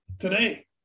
today